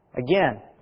Again